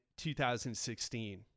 2016